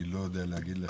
אני לא יודע להגיד לך.